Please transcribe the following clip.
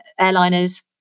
airliners